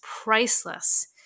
priceless